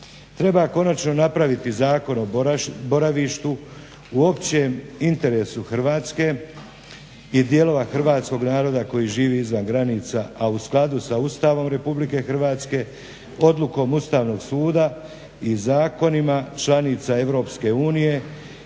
Treba konačno napraviti Zakon o boravištu u općem interesu Hrvatske i dijelova hrvatskog naroda koji živi izvan granica a u skladu sa Ustavom RH odlukom Ustavnog suda i zakonima članica EU